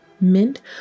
Mint